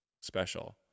special